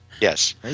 Yes